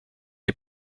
est